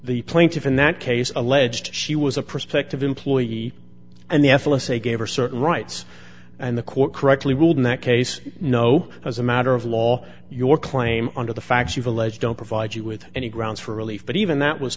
the plaintiff in that case alleged she was a prospective employee and the f s a gave her certain rights and the court correctly ruled in that case no as a matter of law your claim under the facts you've alleged don't provide you with any grounds for relief but even that was